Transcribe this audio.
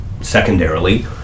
secondarily